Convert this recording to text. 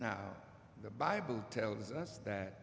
now the bible tells us that